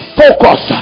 focus